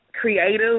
creative